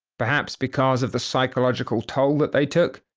perhaps because of the psychological toll that they took,